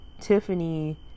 Tiffany